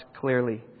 clearly